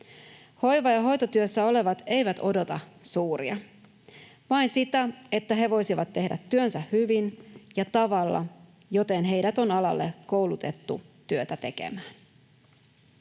Hoiva- ja hoitotyössä olevat eivät odota suuria, vain sitä, että he voisivat tehdä työnsä hyvin ja tavalla, jolla heidät on alalle koulutettu työtä tekemään.